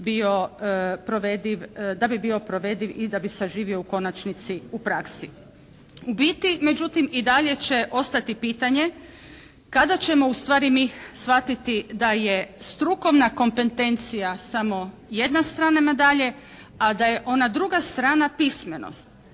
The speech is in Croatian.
zakon bio provediv i da bi saživio u konačnici u praksi. U biti međutim i dalje će ostati pitanje kada ćemo ustvari mi shvatiti da je strukovna kompetencija samo jedna strana medalje a da je ona druga strana pismenost